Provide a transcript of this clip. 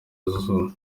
izuba